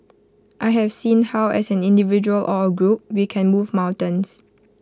I have seen how as an individual or A group we can move mountains